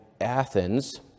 Athens